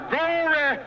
Glory